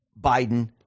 biden